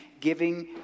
Giving